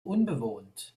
unbewohnt